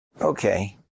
Okay